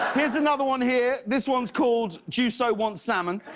here is another one here, this one is called juuso wants salmon.